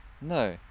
No